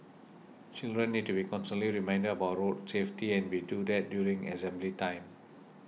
children need to be constantly reminded about road safety and we do that during assembly time